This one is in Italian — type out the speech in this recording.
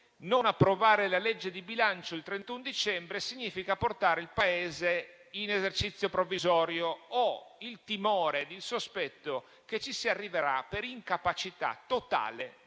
non approvare la legge di bilancio il 31 dicembre significa portare il Paese in esercizio provvisorio. Ho il timore e il sospetto che ci si arriverà per incapacità totale